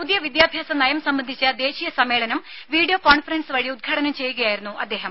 പുതിയ വിദ്യാഭ്യാസ നയം സംബന്ധിച്ച ദേശീയ സമ്മേളനം വീഡിയോ കോൺഫറൻസ് വഴി ഉദ്ഘാടനം ചെയ്യുകയായിരുന്നു അദ്ദേഹം